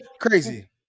Crazy